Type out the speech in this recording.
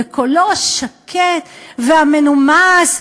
בקולו השקט והמנומס,